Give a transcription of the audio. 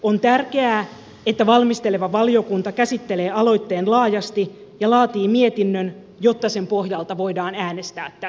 on tärkeää että valmisteleva valiokunta käsittelee aloitteen laajasti ja laatii mietinnön jotta sen pohjalta voidaan äänestää tässä salissa